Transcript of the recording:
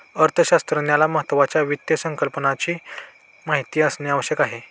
अर्थशास्त्रज्ञाला महत्त्वाच्या वित्त संकल्पनाची माहिती असणे आवश्यक आहे